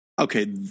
Okay